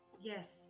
Yes